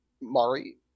Mari